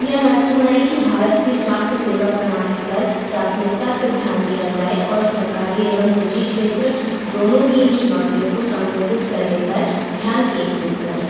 यह महत्पूर्ण है कि भारत की स्वास्थ्य सेवा प्रणाली पर प्राथमिकता से ध्यान दिया जाए और सरकारी एवं निजी क्षेत्र दोनों ही इन चुनौतियों को संबोधित करने पर ध्यान केन्द्रित करें